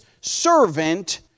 servant